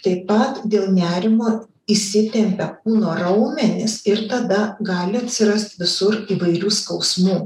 taip pat dėl nerimo įsitempia kūno raumenys ir tada gali atsirast visur įvairių skausmų